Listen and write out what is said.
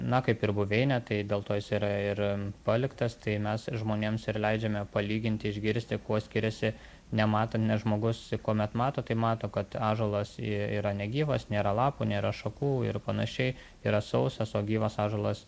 na kaip ir buveinė tai dėl to jis yra ir paliktas tai mes žmonėms ir leidžiame palyginti išgirsti kuo skiriasi nematan nes žmogus kuomet mato tai mato kad ąžuolas y yra negyvas nėra lapų nėra šakų ir panašiai yra sausas o gyvas ąžuolas